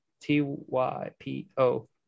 T-Y-P-O